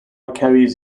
carries